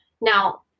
Now